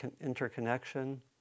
interconnection